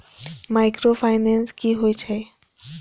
Micro finance कि होई छै?